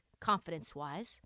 confidence-wise